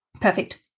Perfect